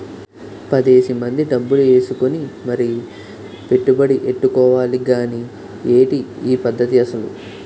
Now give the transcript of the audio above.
పదేసి మంది డబ్బులు ఏసుకుని మరీ పెట్టుబడి ఎట్టుకోవాలి గానీ ఏటి ఈ పద్దతి అసలు?